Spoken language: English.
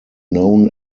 known